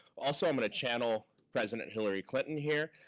also, i'm gonna channel president hillary clinton here.